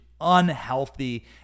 unhealthy